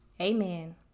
Amen